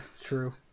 True